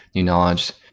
new knowledge,